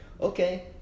okay